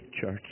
church